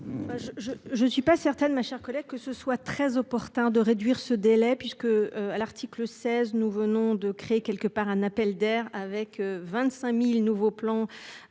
je ne suis pas certaine ma chère collègue que ce soit très opportun de réduire ce délai puisque l'article 16. Nous venons de créer quelque part un appel d'air avec 25.000 nouveaux plans.